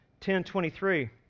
10.23